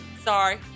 Sorry